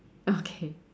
okay